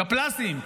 קפלס"טים.